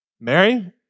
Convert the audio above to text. Mary